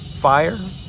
fire